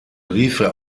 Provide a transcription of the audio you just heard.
briefe